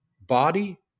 body